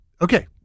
okay